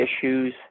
issues